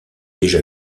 déjà